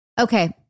Okay